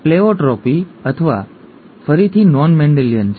pleiotropy ફરીથી non Mendelian છે